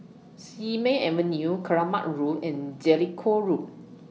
Simei Avenue Keramat Road and Jellicoe Road